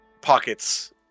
pockets